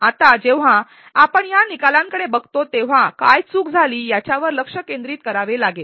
आता जेव्हा आपण या निकालांकडे बघतो तेव्हा काय चूक झाली याच्यावर लक्ष केंद्रित करावे लागेल